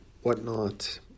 whatnot